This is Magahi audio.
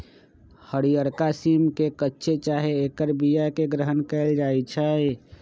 हरियरका सिम के कच्चे चाहे ऐकर बियाके ग्रहण कएल जाइ छइ